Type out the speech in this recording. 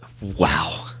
Wow